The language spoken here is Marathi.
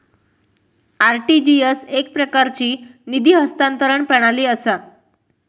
आर.टी.जी.एस एकप्रकारची निधी हस्तांतरण प्रणाली असा